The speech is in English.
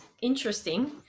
interesting